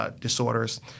disorders